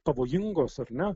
pavojingos ar ne